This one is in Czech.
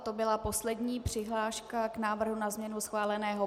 To byla poslední přihláška k návrhu na změnu schváleného pořadu.